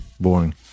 boring